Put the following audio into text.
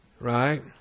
right